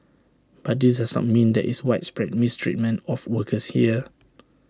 but this mean there is widespread mistreatment of workers here